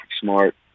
smart